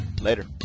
Later